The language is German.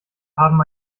haben